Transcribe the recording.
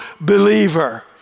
believer